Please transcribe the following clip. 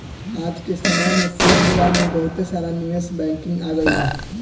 आज के समय में शेयर बाजार में बहुते सारा निवेश बैंकिंग आ गइल बा